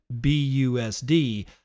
BUSD